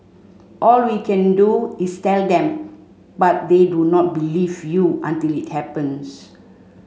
all we can do is tell them but they do not believe you until it happens